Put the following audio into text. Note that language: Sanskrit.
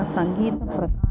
सङ्गीतप्र